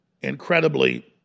incredibly